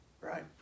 right